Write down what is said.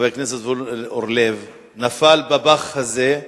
חבר הכנסת זבולון אורלב, נפל בפח הזה,